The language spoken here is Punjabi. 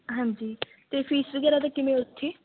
ਹਾਂਜੀ ਅਤੇ ਫੀਸ ਵਗੈਰਾ ਦਾ ਕਿਵੇਂ ਉੱਥੇ